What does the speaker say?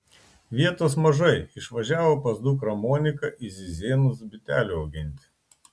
vietos mažai išvažiavo pas dukrą moniką į zizėnus bitelių auginti